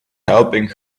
helping